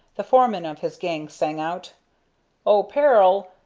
the foreman of his gang sang out oh, peril!